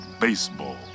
baseball